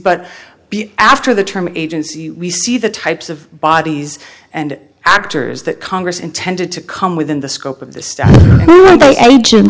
but after the term agency we see the types of bodies and actors that congress intended to come within the scope of the stuff